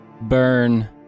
burn